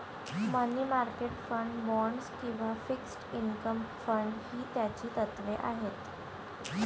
मनी market fund, bonds किंवा fixed income fund ही त्याची तत्त्वे आहेत